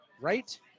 Right